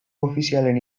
ofizialen